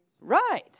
Right